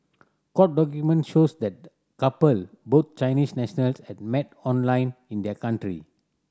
court documents show that the couple both Chinese national had met online in their country